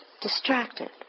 distracted